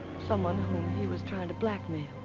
someone whom he was trying to blackmail.